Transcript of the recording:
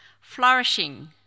Flourishing